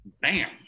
bam